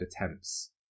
attempts